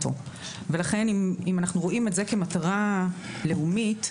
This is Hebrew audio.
אם אנחנו רואים את זה כמטרה לאומית,